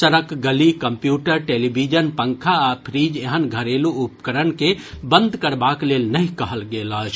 सड़क गली computer television पंखा आ फ्रीज एहन घरेलू उपकरण के बंद करबाक लेल नहि कहल गेल अछि